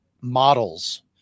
models